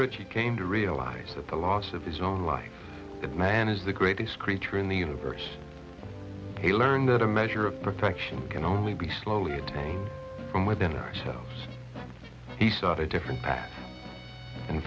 rich he came to realize that the loss of his own life that man is the greatest creature in the universe he learned that a measure of protection can only be slowly it came from within ourselves he saw a different path and